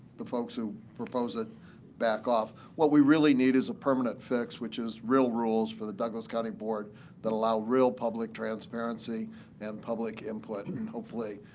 the folks who propose it back off. what we really need is a permanent fix, which is real rules for the douglas county board that allow real public transparency and public input. and hopefully,